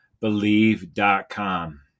believe.com